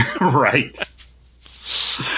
Right